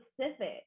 specific